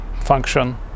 function